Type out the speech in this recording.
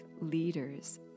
leaders